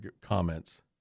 comments